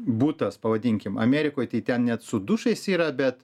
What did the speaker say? butas pavadinkim amerikoj tai ten net su dušais yra bet